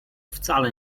wcale